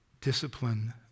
discipline